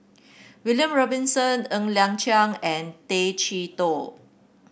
William Robinson Ng Liang Chiang and Tay Chee Toh